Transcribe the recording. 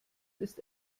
ist